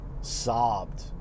sobbed